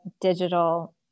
digital